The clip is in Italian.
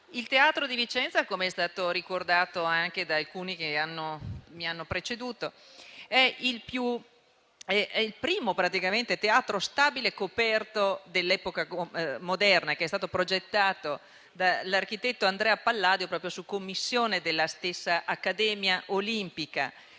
Olimpico di Vicenza, come è stato ricordato anche da alcuni colleghi che mi hanno preceduto, è il primo teatro stabile coperto dell'epoca moderna ed è stato progettato dall'architetto Andrea Palladio su commissione della stessa Accademia olimpica;